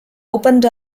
opened